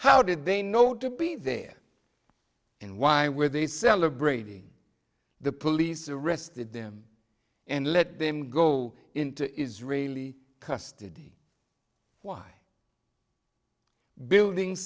how did they know to be there and why were they celebrating the police arrested them and let them go into israeli custody why building